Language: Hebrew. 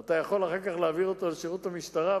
אתה יכול אחר כך להעביר אותו לשירות המשטרה,